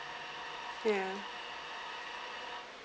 ya